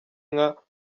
inka